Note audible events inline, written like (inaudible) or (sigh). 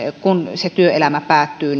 kun se työelämä päättyy (unintelligible)